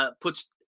puts